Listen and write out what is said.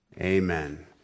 Amen